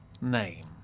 name